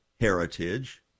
heritage